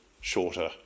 shorter